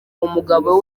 umugabo